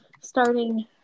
starting